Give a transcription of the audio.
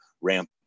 ramp